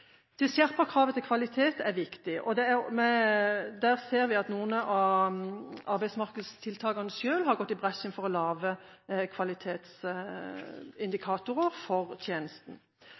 Det å skjerpe kravet til kvalitet er viktig. Der ser vi at noen av arbeidsmarkedstiltakene selv har gått i bresjen for å lage kvalitetsindikatorer for tjenesten.